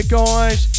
guys